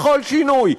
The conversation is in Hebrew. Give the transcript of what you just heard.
לכל שינוי.